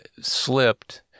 slipped